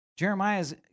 Jeremiah's